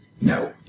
No